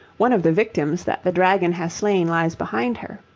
one of the victims that the dragon has slain lies behind her.